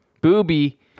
booby